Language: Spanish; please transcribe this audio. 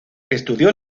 estudió